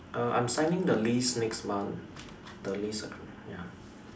err I am signing the lease next month the lease ya